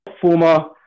Former